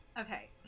Okay